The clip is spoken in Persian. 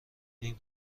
این